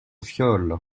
fiole